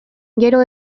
gero